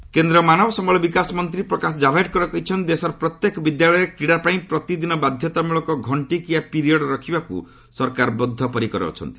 ଖେଲେ India କେନ୍ଦ୍ର ମାନବସ୍ୟଳ ବିକାଶ ମନ୍ତ୍ରୀ ପ୍ରକାଶ ଜାଭେଡ୍କର କହିଛନ୍ତି ଦେଶର ପ୍ରତ୍ୟେକ ବିଦ୍ୟାଳୟରେ କ୍ରୀଡା ପାଇଁ ପ୍ରତିଦିନ ବାଧ୍ୟତାମୂଳକ ଘକ୍ଟିକିଆ ପିରିୟଡ ରଖିବାକୁ ସରକାର ବଦ୍ଧ ପରିକର ଅଛନ୍ତି